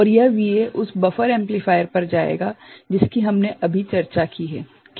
और यह VA उस बफर एम्पलीफायर पर जाएगा जिसकी हमने अभी चर्चा की है क्या यह ठीक है